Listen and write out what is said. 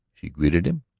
she greeted him.